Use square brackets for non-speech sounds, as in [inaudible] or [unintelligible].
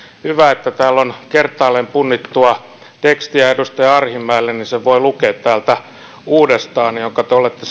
hyvä että täällä on kertaalleen punnittua tekstiä edustaja arhinmäelle niin sen voi lukea täältä uudestaan vastauksen jonka te olette [unintelligible]